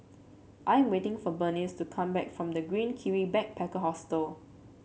I am waiting for Berenice to come back from The Green Kiwi Backpacker Hostel